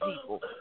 people